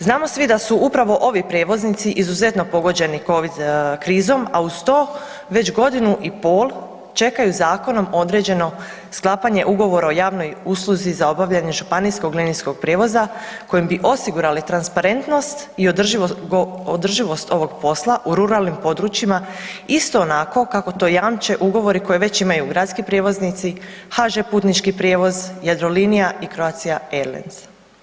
Znamo svi da su upravo ovi prijevoznici izuzetno pogođeni covid krizom, a uz to već godinu i pol čekaju zakonom određeno sklapanje ugovora o javnoj usluzi za obavljanje županijskog linijskog prijevoza kojim bi osigurali transparentnost i održivost ovog posla u ruralnim područjima isto onako kako to jamče ugovore koje već imaju gradski prijevoznici, HŽ Putnički prijevoz, Jadrolinija i Croatia airlines.